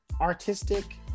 artistic